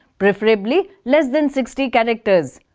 preferably less than sixty characters.